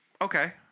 Okay